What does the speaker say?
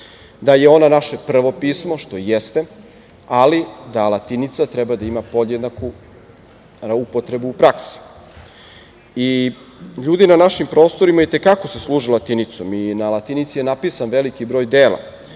da je ona naše prvo pismo, što i jeste, ali da latinica treba da ima podjednaku upotrebu u praksi. Ljudi na našim prostorima i te kako se služe latinicom i na latinici je napisan veliki broj dela.